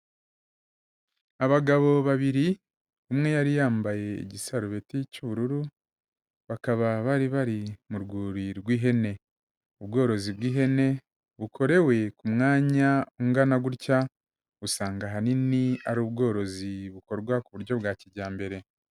Abagabo babiri umwe yari yambaye igisarubeti cy'ubururu bakaba bari bari mu rwuri rw'ihene, ubworozi bw'ihene bukorewe ku mwanya ungana gutya, usanga ahanini ari ubworozi bukorwa ku buryo bwa kijyambere.